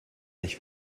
nicht